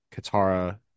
Katara